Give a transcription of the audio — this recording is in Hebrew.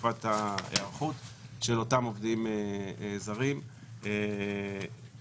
תלוי ועומדת נגדו עתירה לבית המשפט